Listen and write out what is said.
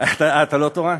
אה, אתה לא תורן?